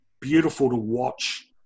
beautiful-to-watch